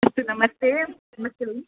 अस्तु नमस्ते नमस्ते भगिनी